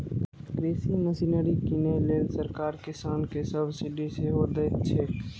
कृषि मशीनरी कीनै लेल सरकार किसान कें सब्सिडी सेहो दैत छैक